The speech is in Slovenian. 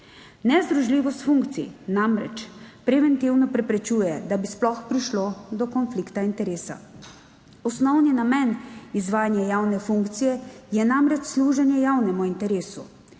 Nezdružljivost funkcij namreč preventivno preprečuje, da bi sploh prišlo do konflikta interesa. Osnovni namen izvajanja javne funkcije je namreč služenje javnemu interesu.